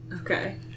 Okay